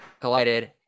collided